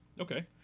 Okay